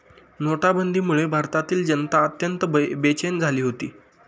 नोटाबंदीमुळे भारतातील जनता अत्यंत बेचैन झाली होती